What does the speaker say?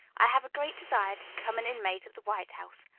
i have a great desire to become an inmate of the white house.